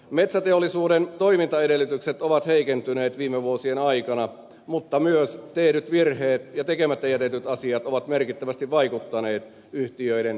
metsäteollisuuden toimintaedellytykset ovat heikentyneet viime vuosien aikana mutta myös tehdyt virheet ja tekemättä jätetyt asiat ovat merkittävästi vaikuttaneet yhtiöiden kehitykseen